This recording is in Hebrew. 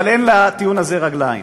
אבל אין לטיעון הזה רגליים.